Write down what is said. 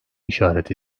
işaret